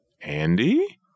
Andy